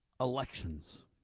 elections